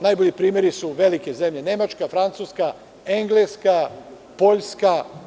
Najbolji primeri su velike zemlje: Nemačka, Francuska, Engleska, Poljska.